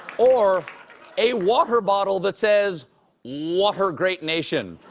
or a water bottle that says water great nation